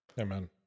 Amen